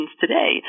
today